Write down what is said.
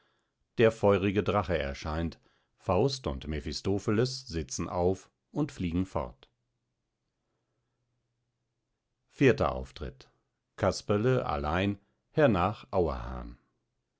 der feurige drache erscheint faust und mephistopheles sitzen auf und fliegen fort vierter auftritt casperle allein hernach auerhahn